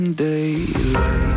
Daylight